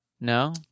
no